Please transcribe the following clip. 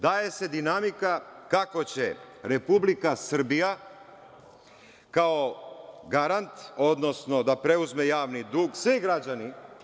Daje se dinamika kako će Republika Srbija kao garant, odnosno da preuzme javni dug, svi građani.